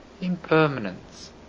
impermanence